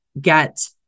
get